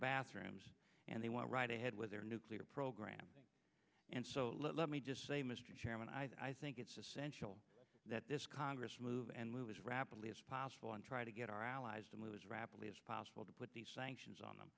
bathrooms and they went right ahead with their nuclear program and so let me just say mr chairman i think it's essential that this congress move and move as rapidly as possible and try to get our allies to move as rapidly as possible to put these sanctions on them